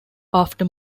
after